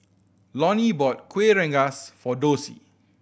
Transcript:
Lonnie bought Kueh Rengas for Dossie